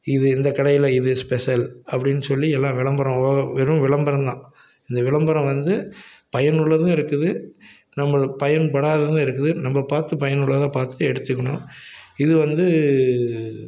இது இந்த கடையில் இது ஸ்பெஷல் அப்படின்னு சொல்லி எல்லாம் விளம்பரம் ஓ வெறும் விளம்பரம் தான் இந்த விளம்பரம் வந்து பயனுள்ளதும் இருக்குது நம்மளுக்கு பயன்படாததும் இருக்குது நம்ம பார்த்து பயனுள்ளதாக பார்த்துட்டு எடுத்துக்கணும் இது வந்து